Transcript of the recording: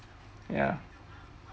ya